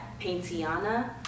Paintiana